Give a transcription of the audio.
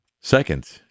Second